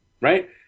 right